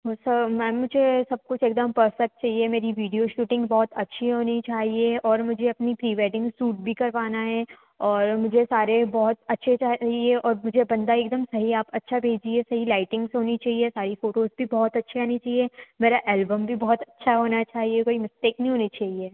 वैसे मैम मुझे सब कुछ एकदम परफ़ेक्ट चाहिए मेरी वीडियो शूटिंग बहुत अच्छी होनी चाहिए और मुझे अपनी प्री वैडिंग सूट भी करवाना है और मुझे सारे बहुत अच्छे चाहिए और मुझे बंदा एकदम सही आप अच्छा भेजिए सही लाइटिंग्स होनी चाहिए सारी फ़ोटोज़ भी बहुत अच्छी आनी चाहिए मेरा एल्बम भी बहुत अच्छा होना चाहिए कोई मिस्टेक नहीं होनी चाहिए